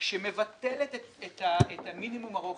שמבטלת את מינימום הרוחב.